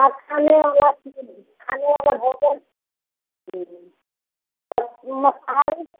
खाने वाला खाने वाला भोजन मसाले